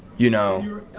you know?